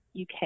UK